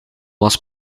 was